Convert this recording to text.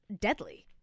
deadly